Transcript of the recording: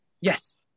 Yes